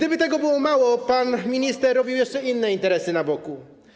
Jakby tego było mało, pan minister robił jeszcze inne interesy na boku.